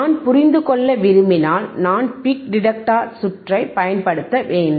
நான் புரிந்து கொள்ள விரும்பினால் நான் பீக் டிடெக்டர் சுற்றை பயன்படுத்தவேண்டும்